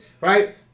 right